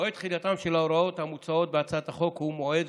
מועד תחילתן של ההוראות המוצעות בהצעת החוק הוא מועד